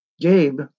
Gabe